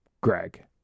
Greg